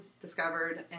discovered